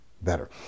better